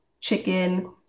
chicken